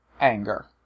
anger